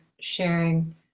sharing